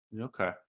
Okay